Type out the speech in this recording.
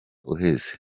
uheze